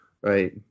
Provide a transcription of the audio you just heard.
right